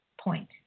point